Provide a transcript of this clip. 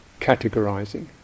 categorizing